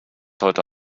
heute